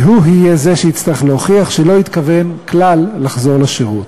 והוא יהיה זה שיצטרך להוכיח שלא התכוון כלל לחזור לשירות.